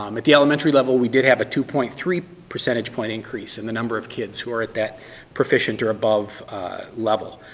um at the elementary level we did have a two point three percentage point increase in the number of kids who are that proficient or above level.